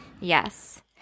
Yes